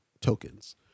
tokens